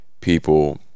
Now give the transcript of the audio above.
people